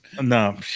No